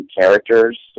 characters